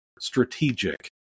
strategic